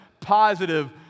positive